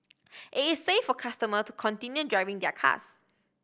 it is safe for customers to continue driving their cars